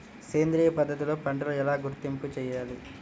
సేంద్రియ పద్ధతిలో పంటలు ఎలా గుర్తింపు చేయాలి?